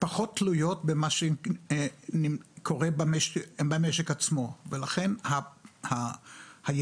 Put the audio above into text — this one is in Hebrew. פחות תלויות במה שקורה במשק עצמו ולכן היעילות